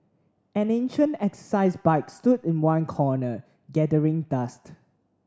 an ancient exercise bike stood in one corner gathering dust